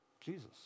Jesus